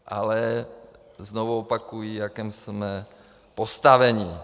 Ale znovu opakuji, v jakém jsme postavení.